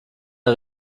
der